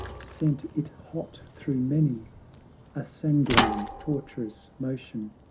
sent it hot through many a sanguine, torturous motion,